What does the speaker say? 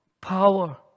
power